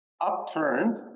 upturned